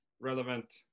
relevant